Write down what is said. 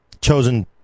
chosen